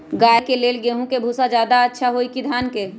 गाय के ले गेंहू के भूसा ज्यादा अच्छा होई की धान के?